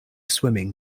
swimming